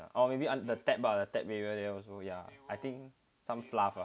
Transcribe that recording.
or maybe the under tap area there also yeah I think some fluff ah